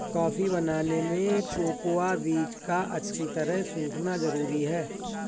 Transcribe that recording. coffee बनाने में cocoa बीज का अच्छी तरह सुखना जरूरी है